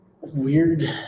Weird